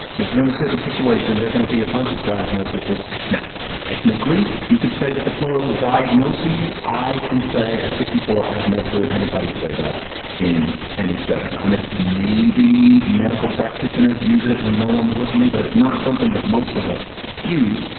if you're in a certain situation, they're going to be a bunch of diagnosis is now technically, you could say that the plural is diagnoses. i can say at fifty four, i have never heard anybody say that in any setting. i'm a maybe medical practitioners use it when no one's listening, but it's not something that most of us use.